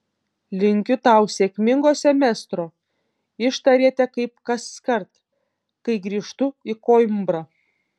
linkiu tau sėkmingo semestro ištarėte kaip kaskart kai grįžtu į koimbrą